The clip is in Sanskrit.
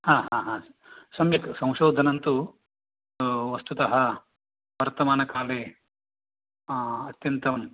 हा हा हा सम्यक् संशोधनं तु वस्तुतः वर्तमानकाले अत्यन्तं